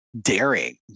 daring